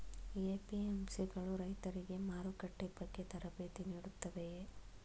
APMC ಗಳು ರೈತರಿಗೆ ಮಾರುಕಟ್ಟೆ ಬಗ್ಗೆ ತರಬೇತಿ ನೀಡುತ್ತವೆಯೇ?